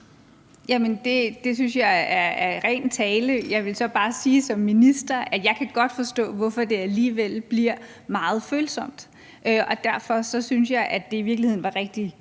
Det synes jeg er ren tale. Jeg vil så bare sige som minister, at jeg godt kan forstå, hvorfor det alligevel bliver meget følsomt. Derfor synes jeg, at det i virkeligheden var rigtig